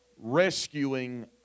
rescuing